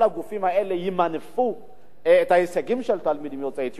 כל הגופים האלה ימנפו את ההישגים של התלמידים יוצאי אתיופיה,